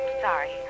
sorry